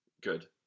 Good